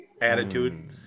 attitude